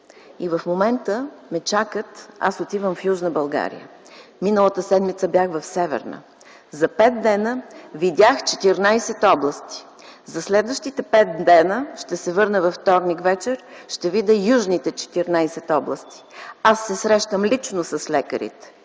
и в момента ме чакат. Сега ще ходя в Южна България, миналата седмица бях в Северна България. За пет дена видях 14 области. В следващите пет дена – ще се върна във вторник вечер – ще видя южните 14 области. Аз се срещам лично с лекарите,